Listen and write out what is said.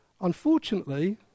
Unfortunately